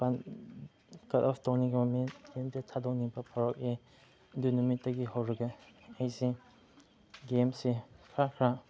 ꯀꯠ off ꯇꯧꯅꯤꯡꯕ ꯃꯤꯟꯁ ꯒꯦꯝꯁꯦ ꯊꯥꯗꯣꯛꯅꯤꯡꯕ ꯐꯥꯎꯔꯛꯑꯦ ꯑꯗꯨ ꯅꯨꯃꯤꯠꯇꯒꯤ ꯍꯧꯔꯒ ꯑꯩꯁꯦ ꯒꯦꯝꯁꯦ ꯈꯔ ꯈꯔ